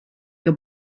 que